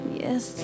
yes